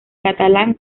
catalán